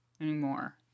anymore